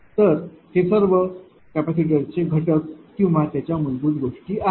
तर हे सर्व कॅपेसिटर चे घटक किंवा त्याच्या मूलभूत गोष्टी आहेत